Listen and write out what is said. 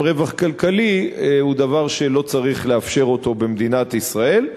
רווח כלכלי הוא דבר שלא צריך לאפשר אותו במדינת ישראל.